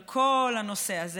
על כל הנושא הזה,